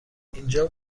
اینجا